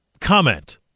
comment